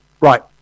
Right